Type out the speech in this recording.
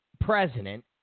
president